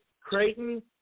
Creighton